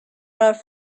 off